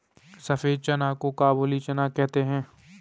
सफेद चना को काबुली चना कहते हैं